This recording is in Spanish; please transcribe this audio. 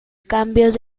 cambios